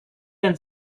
them